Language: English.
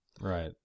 Right